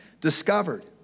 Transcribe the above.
discovered